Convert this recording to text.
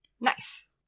Nice